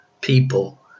people